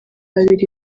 babiri